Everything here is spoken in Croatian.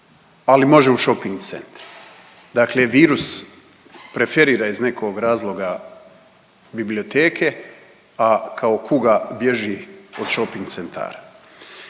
ali može u shopping centre. Dakle, virus preferira iz nekog razloga biblioteke, a kao kuga bježi od shopping centara.